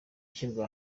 ishyirwa